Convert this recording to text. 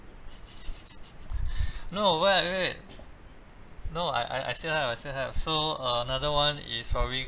no what wait no I I I still have I still have so another one is probably